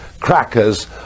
crackers